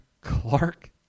Clark